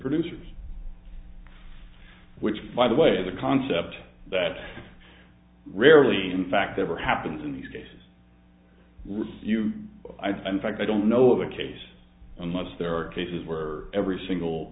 producers which by the way the concept that rarely in fact ever happens in these cases with you i've been fact i don't know of a case unless there are cases where every single